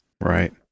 Right